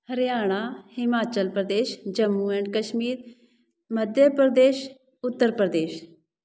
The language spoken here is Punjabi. ਹਰਿਆਣਾ ਹਿਮਾਚਲ ਪ੍ਰਦੇਸ਼ ਜੰਮੂ ਐਂਡ ਕਸ਼ਮੀਰ ਮੱਧਯ ਪ੍ਰਦੇਸ਼ ਉੱਤਰ ਪ੍ਰਦੇਸ਼